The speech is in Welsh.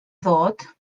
ddod